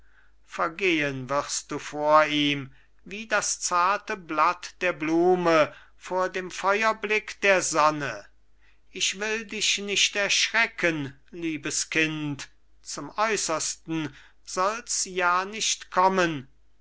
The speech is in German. vergehen wirst du vor ihm wie das zarte blatt der blume vor dem feuerblick der sonne ich will dich nicht erschrecken liebes kind zum äußersten solls ja nicht kommen